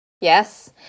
yes